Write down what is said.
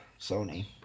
Sony